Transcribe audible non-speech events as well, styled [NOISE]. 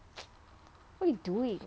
[NOISE] what you doing